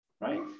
right